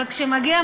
אבל כשמגיע,